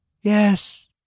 Yes